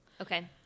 okay